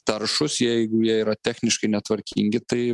taršūs jeigu jie yra techniškai netvarkingi tai